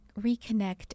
reconnect